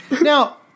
Now